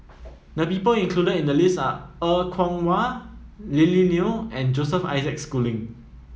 the people included in the list are Er Kwong Wah Lily Neo and Joseph Isaac Schooling